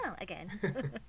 again